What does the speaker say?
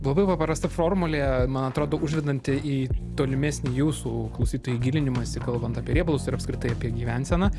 labai paprasta formulė man atrodo užvedanti į tolimesnį jūsų klausytojai gilinimąsi kalbant apie riebalus ir apskritai apie gyvenseną